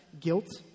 guilt